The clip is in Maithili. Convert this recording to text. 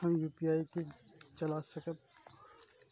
हम यू.पी.आई के चला सकब?